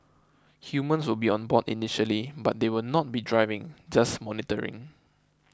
humans will be on board initially but they will not be driving just monitoring